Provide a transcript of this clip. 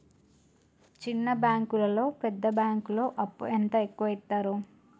చిన్న బ్యాంకులలో పెద్ద బ్యాంకులో అప్పు ఎంత ఎక్కువ యిత్తరు?